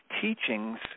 teachings